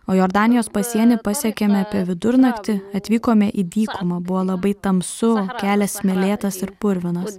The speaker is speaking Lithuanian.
o jordanijos pasienį pasiekėme apie vidurnaktį atvykome į dykumą buvo labai tamsu kelias smėlėtas ir purvinas